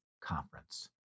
conference